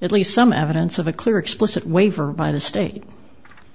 at least some evidence of a clear explicit wafer by the state